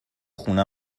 خونه